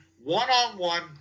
one-on-one